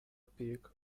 peak